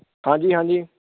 ਹਾਂਜੀ ਹਾਂਜੀ